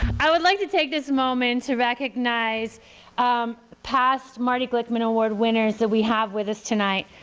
i would like to take this moment to recognize past marty glickman award winners that we have with us tonight.